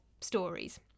stories